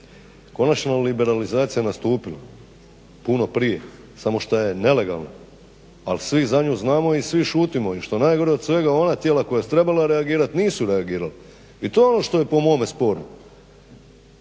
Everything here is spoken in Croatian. Konačna liberalizacija je nastupila puno prije samo što je nelegalna, ali svi za nju znamo i svi šutimo. I što je najgore od svega ona tijela koja su trebala reagirati nisu reagirala. I to je ono što je po mome sporno.